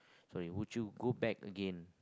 sorry would you go back again